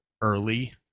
early